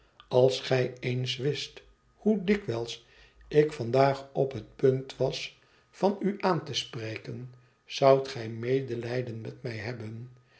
als gij eens wist hoe dikwijls ik vandaag op het punt was van u aan te spreken zoudt gij medelijden met mij hebben